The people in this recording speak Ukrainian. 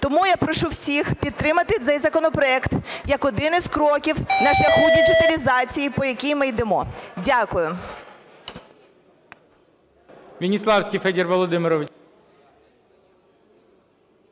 Тому я прошу всіх підтримати цей законопроект як один із кроків на шляху діджиталізації, по якій ми йдемо. Дякую.